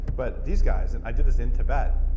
but these guys, and i did this in tibet.